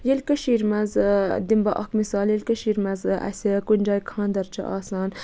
ییٚلہِ کٔشیٖر مَنٛز دِمہٕ بہٕ اَکھ مِثال ییٚلہ کٔشیٖر مَنٛز اَسہِ کُنہِ جایہِ خاندر چھُ آسان